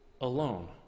alone